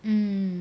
um